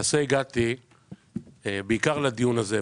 הגעתי בעיקר לדיון הזה,